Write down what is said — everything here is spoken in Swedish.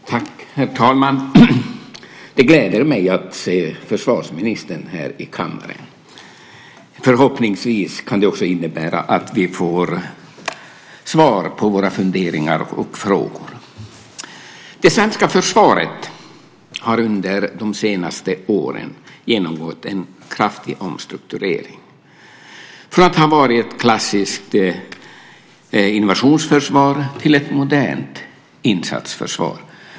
Herr talman! Det gläder mig att försvarsministern är i kammaren. Förhoppningsvis innebär det att vi får svar på våra funderingar och frågor. Det svenska försvaret har under de senaste åren genomgått en kraftig omstrukturering från att ha varit ett klassiskt invasionsförsvar till att bli ett modernt insatsförsvar.